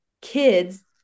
kids